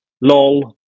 lol